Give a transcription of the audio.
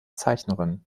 zeichnerin